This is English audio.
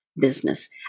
business